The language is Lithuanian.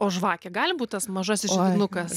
o žvakė gali būt tas mažasis židinukas